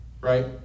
Right